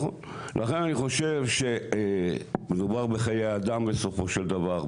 לכן אני חושב שמדובר בחיי אדם בסופו של דבר,